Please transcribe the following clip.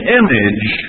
image